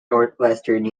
northwestern